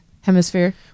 hemisphere